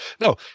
No